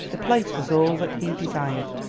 the place was all that he desired.